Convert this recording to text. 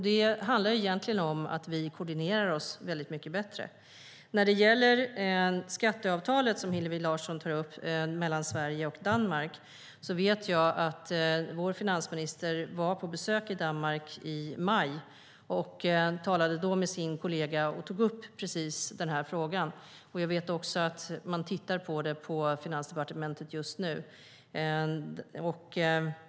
Det handlar egentligen om att vi koordinerar oss bättre. Hillevi Larsson tog upp frågan om skatteavtalet mellan Sverige och Danmark. Jag vet att vår finansminister var på besök i Danmark i maj. Han tog då upp frågan med sin kollega. Jag vet också att Finansdepartementet ser över frågan just nu.